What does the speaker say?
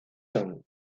son